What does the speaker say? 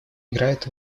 играет